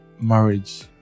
marriage